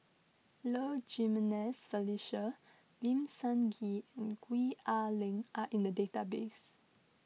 Low Jimenez Felicia Lim Sun Gee and Gwee Ah Leng are in the database